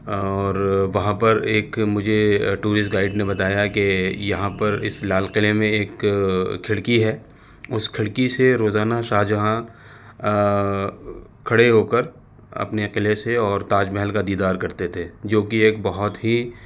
اور وہاں پر ایک مجھے ٹورسٹ گائڈ نے بتایا کہ یہاں پر اس لال قلعے میں ایک کھڑکی ہے اس کھڑکی سے روزانہ شاہ جہاں کھڑے ہو کر اپنے قلعے سے اور تاج محل کا دیدار کرتے تھے جو کہ ایک بہت ہی